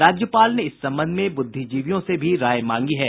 राज्यपाल ने इस संबंध में बुद्धिजीवियों से भी राय मांगी है